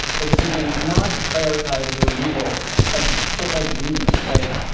the decision not to prioritize the removal of so called dreamers, right,